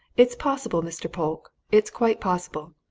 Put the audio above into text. it's possible, mr. polke, it's quite possible.